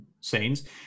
scenes